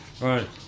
right